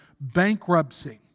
bankruptcy